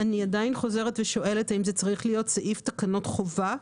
אני עדיין חוזרת ושואלת האם זה צריך להיות סעיף תקנות חובה,